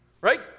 Right